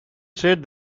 said